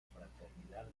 fraternidad